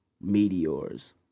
meteors